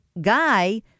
guy